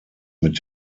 mit